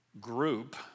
group